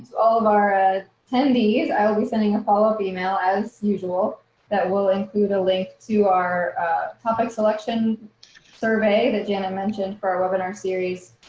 all of our ah attendees, i will be sending a follow up email as usual that will include a link to our topic selection survey that janet mentioned for our webinar series,